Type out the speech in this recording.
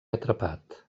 atrapat